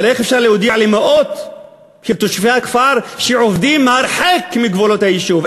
אבל איך אפשר להודיע למאות תושבי הכפר שעובדים הרחק מגבולות היישוב?